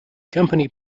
company